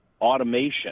automation